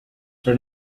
for